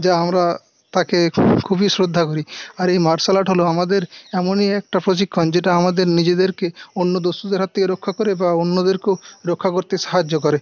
যা আমরা তাকে খুবই শ্রদ্ধা করি আর এই মার্শাল আর্ট হল আমাদের এমনই একটা প্রশিক্ষণ যেটা আমাদের নিজেদেরকে অন্য দস্যুদের হাত থেকে রক্ষা করে বা অন্যদেরকেও রক্ষা করতে সাহায্য করে